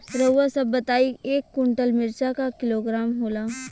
रउआ सभ बताई एक कुन्टल मिर्चा क किलोग्राम होला?